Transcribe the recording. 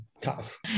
tough